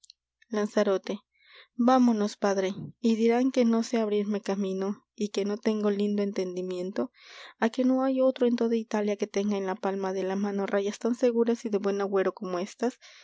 lanzarote vámonos padre y dirán que no sé abrirme camino y que no tengo lindo entendimiento á qué no hay otro en toda italia que tenga en la palma de la mano rayas tan seguras y de buen agüero como estas